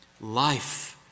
Life